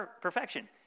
perfection